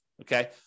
okay